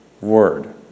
word